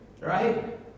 right